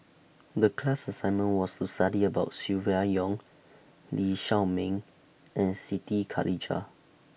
The class assignment was to study about Silvia Yong Lee Shao Meng and Siti Khalijah